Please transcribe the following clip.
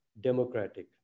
democratic